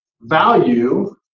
value